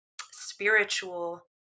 spiritual